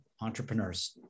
Entrepreneurs